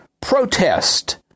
protest